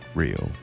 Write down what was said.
real